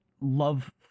love